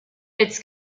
its